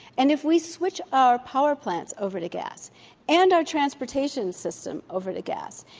and if we switch our power plants over to gas and our transportation systems over to gas,